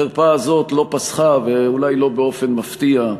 החרפה הזאת לא פסחה, ואולי לא באופן מפתיע,